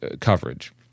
coverage